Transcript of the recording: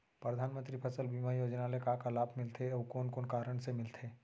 परधानमंतरी फसल बीमा योजना ले का का लाभ मिलथे अऊ कोन कोन कारण से मिलथे?